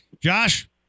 josh